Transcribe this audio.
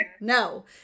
no